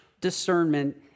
discernment